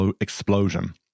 explosion